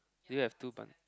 do you have two bund~